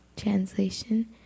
Translation